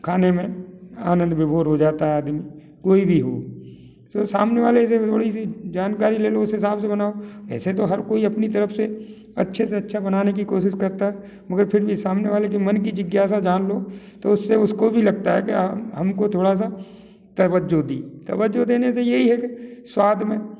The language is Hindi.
तो खाने में आनन्द विभोर हो जाता है आदमी कोई भी हो तो सामने वाले से वही जानकारी ले लें उस हिसाब से बनाएँ ऐसे तो हर कोई अपनी तरफ से अच्छे से अच्छा बनाने की कोशिश करता है मगर फिर भी सामने वाले की मन की जिज्ञासा जान लो तो उससे उसको भी लगता है कि हाँ हमको थोड़ा सा तवज्जो दी तवज्जो देने से यही है कि स्वाद में